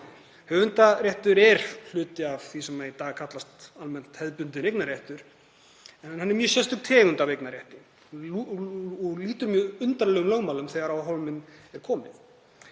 Höfundaréttur er hluti af því sem í dag kallast almennt hefðbundinn eignarréttur en hann er mjög sérstök tegund af eignarrétti og lýtur mjög undarlegum lögmálum þegar á hólminn er komið.